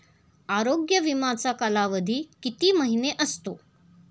आरोग्य विमाचा कालावधी किती महिने असतो?